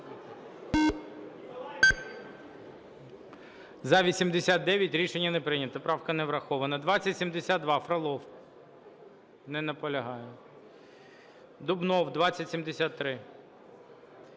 За-89 Рішення не прийнято. Правка не врахована. 2072, Фролов. Не наполягає. Дубнов, 2073.